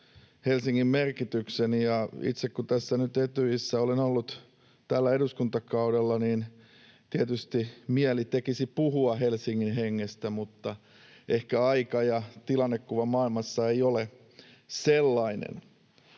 Helsingin merkityksestä. Itse kun tässä nyt Etyjissä olen ollut tällä eduskuntakaudella, niin tietysti mieli tekisi puhua Helsingin hengestä, mutta ehkä aika ja tilannekuva maailmassa ei ole sellainen.